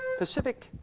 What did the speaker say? pacific.